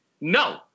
no